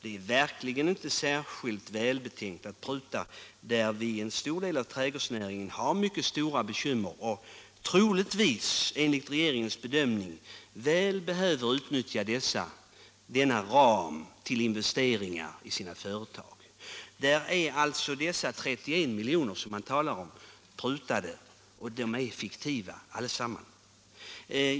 Det är verkligen inte särskilt välbetänkt att pruta där, eftersom en betydande del av trädgårdsnäringen har mycket stora bekymmer och troligtvis, enligt regeringens bedömning, behöver utnyttja denna ram till investeringar i sina företag. Dessa 31 milj.kr. som man talar om är alltså prutade; de är fiktiva allesammans.